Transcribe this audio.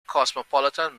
cosmopolitan